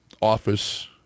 office